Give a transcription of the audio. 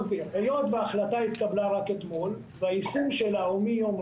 כדי לראות מה קורה בשבועיים, שלושה שבועות, בחודש